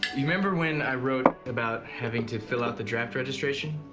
remember when i wrote about having to fill out the draft registration?